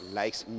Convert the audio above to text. likes